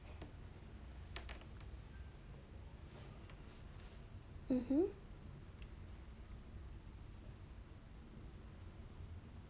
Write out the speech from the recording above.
mmhmm